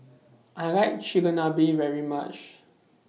I like Chigenabe very much